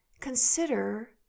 consider